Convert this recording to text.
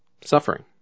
suffering